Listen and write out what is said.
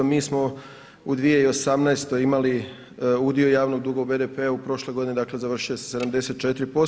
Mi smo u 2018. imali udio javnog duga u BDP-u prošle godine završio se sa 74%